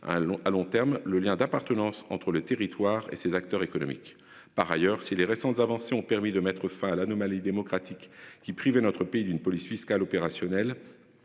à long terme le lien d'appartenance entre le territoire et ses acteurs économiques. Par ailleurs, si les récentes avancées ont permis de mettre fin à l'anomalie démocratique qui priver notre pays d'une police fiscale opérationnel.